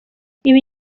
ibi